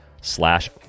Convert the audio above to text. slash